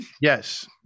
yes